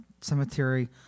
cemetery